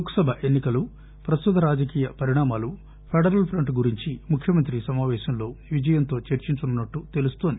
లోక్ సభ ఎన్సికలు ప్రస్తుత రాజకీయ పరిణామాలు ఫెడరల్ ఫ్రంట్ గురించి ముఖ్యమంత్రి ఈ సమాపేశంలో విజయన్ తో చర్చించనున్నట్లు తెలుస్తోంది